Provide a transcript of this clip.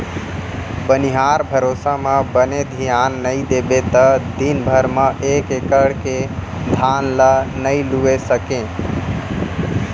बनिहार भरोसा म बने धियान नइ देबे त दिन भर म एक एकड़ के धान ल नइ लूए सकें